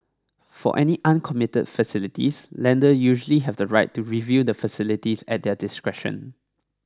for any uncommitted facilities lender usually have the right to review the facilities at their discretion